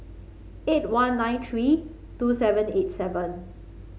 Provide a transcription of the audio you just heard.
eight one nine three two seven eight seven